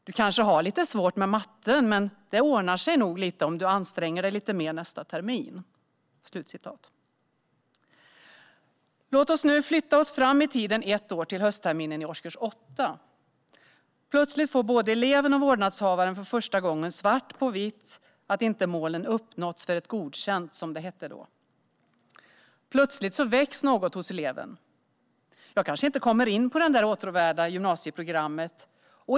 Du kanske har lite svårt med matten, men det ordnar sig nog om du anstränger dig lite mer nästa termin." Låt oss nu flytta oss ett år fram i tiden, till höstterminen i årskurs 8. Plötsligt får både eleven och vårdnadshavaren för första gången svart på vitt att målen för godkänt, som det hette då, inte uppnåtts. Plötsligt väcks något hos eleven: Jag kanske inte kommer in på det där åtråvärda gymnasieprogrammet.